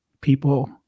people